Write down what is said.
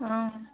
অঁ